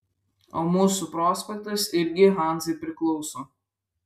o mūsų prospektas irgi hanzai priklauso